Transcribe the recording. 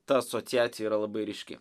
ta asociacija yra labai ryški